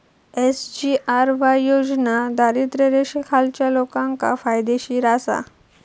SGRY योजना दारिद्र्य रेषेखालच्या लोकांका फायदेशीर आसा